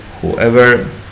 whoever